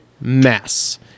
mess